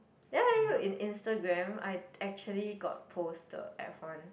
ya are you in Instagram I actually got post the F one